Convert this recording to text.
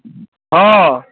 हाँ